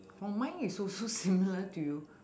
for mine is also similar to you